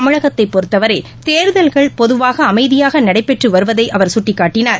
தமிழகத்தை பொறுத்தவரை தேர்தல்கள் பொதுவாக அமைதியாக நடைபெற்று வருவதை அவர் சுட்டிக்காட்டினார்